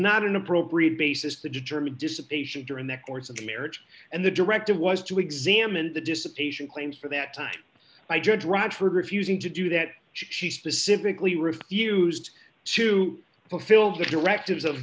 not an appropriate basis to determine dissipation during the course of the marriage and the directive was to examine the dissipation claims for that time by judge radford refusing to do that she specifically refused to fulfill the directives of